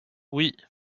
oui